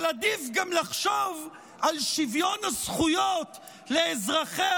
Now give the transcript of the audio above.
אבל עדיף גם לחשוב על שוויון הזכויות לאזרחיה